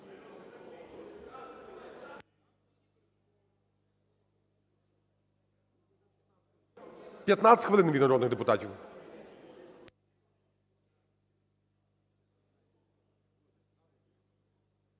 15 хвилин від народних депутатів.